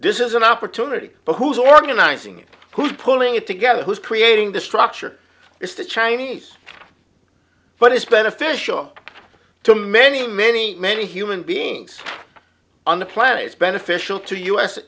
this is an opportunity but who's organizing it who's pulling it together who's creating the structure it's the chinese but it's beneficial to many many many human beings on the planet it's beneficial to us